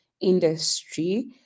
industry